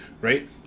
right